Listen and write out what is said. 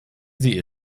sie